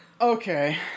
Okay